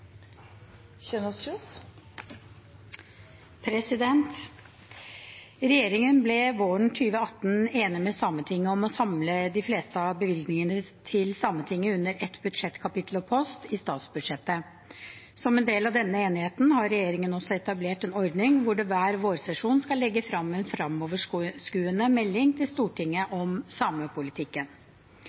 kultur og samfunnsliv. Regjeringen ble våren 2018 enig med Sametinget om å samle de fleste av bevilgningene til Sametinget under ett. Som en del av denne enigheten har regjeringen også etablert en ordning hvor det hver vårsesjon skal legges fram en framoverskuende melding til Stortinget om samepolitikken.